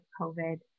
COVID